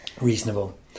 Reasonable